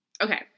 okay